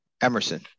Emerson